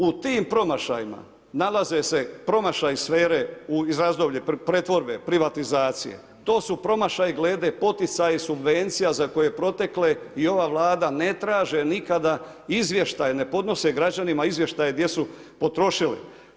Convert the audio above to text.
U tim promašajima nalaze se promašaji sfere iz razdoblje pretvorbe, privatizacije, to su promašaji glede poticaja subvencija za koje protekle i ova Vlada ne traže nikada izvještaj, ne podnose građanima izvještaje gdje su potrošili.